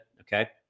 Okay